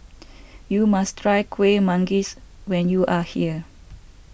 you must try Kueh Manggis when you are here